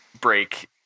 break